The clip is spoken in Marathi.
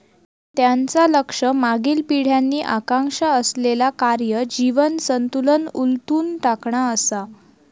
त्यांचा लक्ष मागील पिढ्यांनी आकांक्षा असलेला कार्य जीवन संतुलन उलथून टाकणा असा